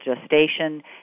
gestation